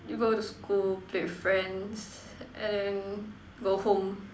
you go to school play with friends and then go home